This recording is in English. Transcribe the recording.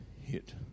hit